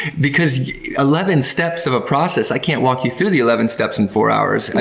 because eleven steps of a process, i can't walk you through the eleven steps in four hours, and